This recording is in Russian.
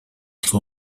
что